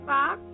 Box